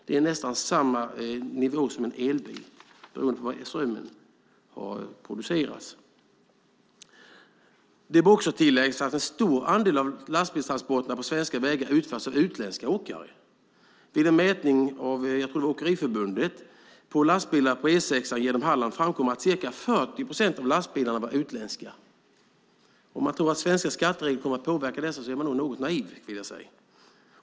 Det är nästan samma nivå som en elbil, beroende på var strömmen har producerats. Det bör också tilläggas att en stor andel av lastbilstransporterna på svenska vägar utförs av utländska åkare. Vid en mätning genom jag tror det var Åkeriförbundet av antalet lastbilar på E6 genom Halland framkom att ca 40 procent av lastbilarna var utländska. Om man tror att svenska skatteregler kommer att påverka dessa är man något naiv, skulle jag vilja säga.